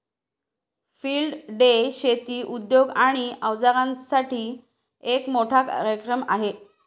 field day शेती उद्योग आणि अवजारांसाठी एक मोठा कार्यक्रम आहे